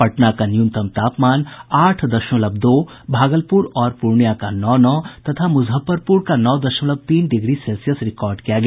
पटना का न्यूनतम तापमान आठ दशमलव दो भागलपुर और पूर्णियां का नौ नौ तथा मुजफ्फरपुर का नौ दशमलव तीन डिग्री सेल्सियस रिकॉर्ड किया गया